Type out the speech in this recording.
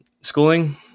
Schooling